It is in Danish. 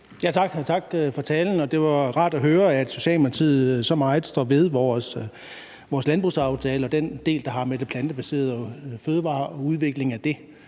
tak for talen. Det var rart at høre, at Socialdemokratiet så meget står ved vores landbrugsaftale og den del, der har at gøre med de plantebaserede fødevarer og udvikling af det,